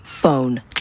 phone